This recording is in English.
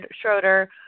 Schroeder